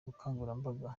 bukangurambaga